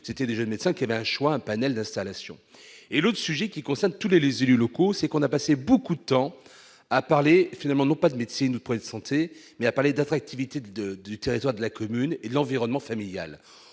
c'était des jeunes médecins qui avaient un choix un panel d'installation et l'autre sujet qui concerne tous les les élus locaux, c'est qu'on a passé beaucoup de temps à parler finalement non pas de médecine, point de santé mais a parlé d'attractivité du de du territoire de la commune et de l'environnement familial,